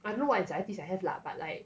I don't know what anxieties I have lah but like